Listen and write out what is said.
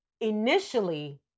initially